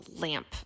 lamp